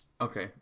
Okay